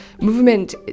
movement